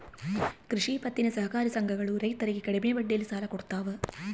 ಕೃಷಿ ಪತ್ತಿನ ಸಹಕಾರಿ ಸಂಘಗಳು ರೈತರಿಗೆ ಕಡಿಮೆ ಬಡ್ಡಿಯಲ್ಲಿ ಸಾಲ ಕೊಡ್ತಾವ